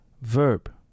verb